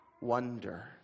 wonder